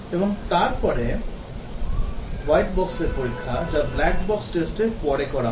এবং তারপরে white box র পরীক্ষা যা black box test র পরে করা হয়